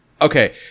Okay